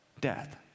Death